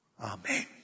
Amen